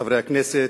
חברי הכנסת,